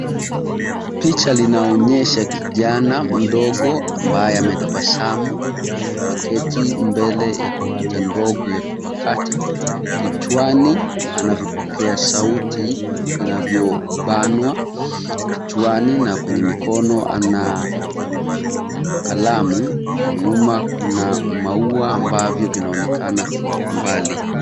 Picha linaonyesha kijana mdogo ambaye ametabasamu. Ameketi mbele ya kompyuta ndogo ya kupakata. Kichwani ana vipokea sauti vinavyobanwa kichwani na kwenye mikono ana kalamu na nyuma kuna maua ambavyo vinaonekana kwa umbali.